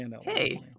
Hey